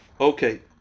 Okay